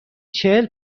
چهل